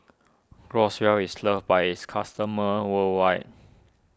Groswell is loved by its customers worldwide